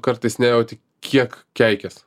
kartais nejauti kiek keikies